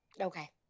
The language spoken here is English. Okay